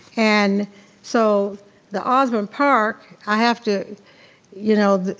and so the osbourn park i have to you know